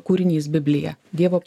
kūrinys biblija dievo